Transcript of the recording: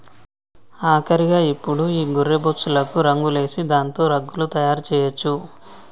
ఆఖరిగా ఇప్పుడు ఈ గొర్రె బొచ్చులకు రంగులేసి దాంతో రగ్గులు తయారు చేయొచ్చు